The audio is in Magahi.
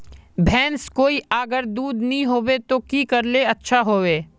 भैंस कोई अगर दूध नि होबे तो की करले ले अच्छा होवे?